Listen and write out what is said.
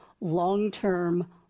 long-term